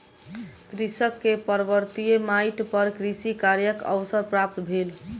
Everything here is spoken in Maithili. कृषक के पर्वतीय माइट पर कृषि कार्यक अवसर प्राप्त भेल